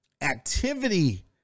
activity